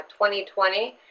2020